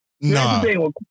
no